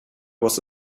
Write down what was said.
was